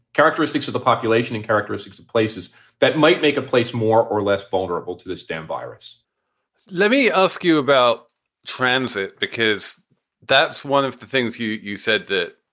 characteristics of the population and characteristics of places that might make a place more or less vulnerable to this damn virus let me ask you about transit, because that's one of the things you you said that,